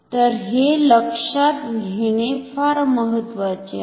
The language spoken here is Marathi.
तर हे लक्षात घेणे फार महत्वाचे आहे